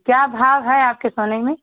क्या भाव है आपके सोने में